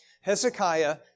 Hezekiah